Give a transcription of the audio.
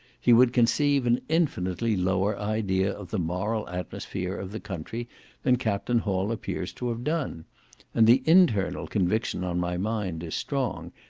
he would conceive an infinitely lower idea of the moral atmosphere of the country than captain hall appears to have done and the internal conviction on my mind is strong,